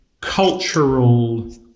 cultural